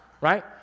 Right